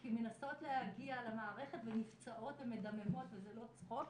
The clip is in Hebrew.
כי מנסות להגיע למערכת ונפצעות ומדממות וזה לא צחוק.